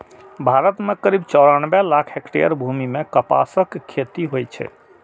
भारत मे करीब चौरानबे लाख हेक्टेयर भूमि मे कपासक खेती होइ छै